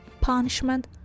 punishment